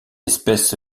espèce